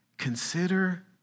Consider